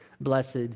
blessed